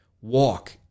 walk